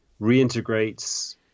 reintegrates